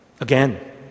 again